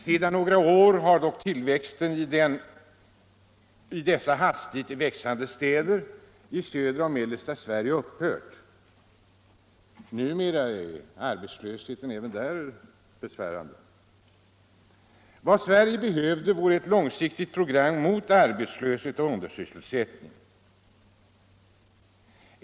Sedan några år har dock den hastiga tillväxten i dessa städer i södra och mellersta Sverige upphört. Numera är arbetslösheten även där besvärande. Vad Sverige behövde vore ett långsiktigt program mot arbetslöshet och undersysselsättning.